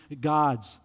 gods